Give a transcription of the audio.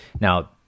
Now